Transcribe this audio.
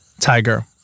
tiger